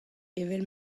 evel